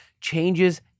changes